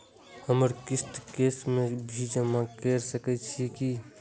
हमर किस्त कैश में भी जमा कैर सकै छीयै की?